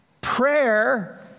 prayer